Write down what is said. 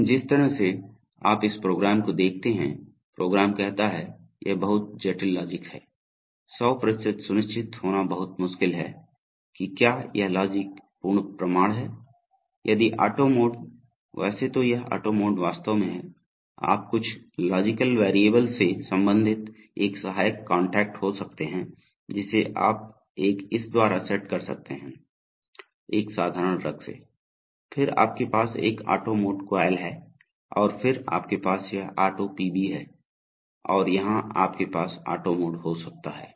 लेकिन जिस तरह से आप इस प्रोग्राम को देखते हैं प्रोग्राम कहता है यह बहुत जटिल लॉजिक है 100 सुनिश्चित होना बहुत मुश्किल है कि क्या यह लॉजिक पूर्ण प्रमाण है यदि ऑटो मोड वैसे तो यह ऑटो मोड वास्तव में है आप कुछ लॉजिकल वैरिएबल से संबंधित एक सहायक कॉन्टैक्ट हो सकते हैं जिसे आप एक इस द्वारा सेट कर सकते हैं एक साधारण रग से फिर आपके पास एक ऑटो मोड कॉइल है और फिर आपके पास यह ऑटो पीबी है और यहां आपके पास ऑटो मोड हो सकता है